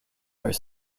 are